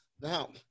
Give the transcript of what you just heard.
Now